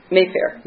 Mayfair